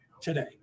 today